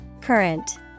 Current